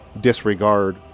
disregard